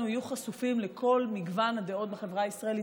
יהיו חשופים לכל מגוון הדעות בחברה הישראלית.